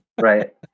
Right